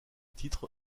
titre